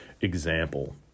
example